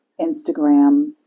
Instagram